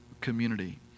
community